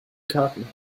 karten